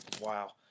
Wow